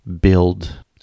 build